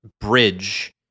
bridge